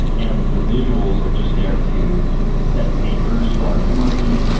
and the visuals are just there to set anchors for our memory,